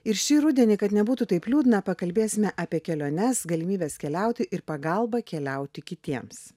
ir šį rudenį kad nebūtų taip liūdna pakalbėsime apie keliones galimybes keliauti ir pagalba keliauti kitiems